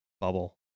bubble